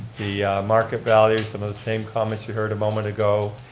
the market values, and those same comments you heard a moment ago,